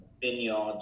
vineyards